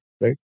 right